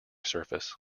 surface